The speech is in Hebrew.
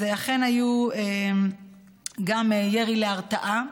אז אכן היה גם ירי להרתעה,